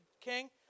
king